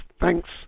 Thanks